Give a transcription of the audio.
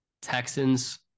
texans